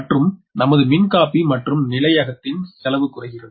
மற்றும் நமது மின்காப்பி மற்றும் நிலையகத்தின் செலவு குறைகிறது